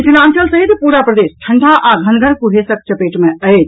मिथिलांचल सहित पूरा प्रदेश ठंडा आ घनगर कुहेसक चपेट मे अछि